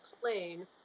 plane